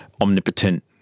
omnipotent